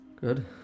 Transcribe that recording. Good